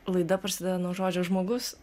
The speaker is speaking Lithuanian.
laida prasideda nuo žodžio žmogus